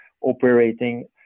operating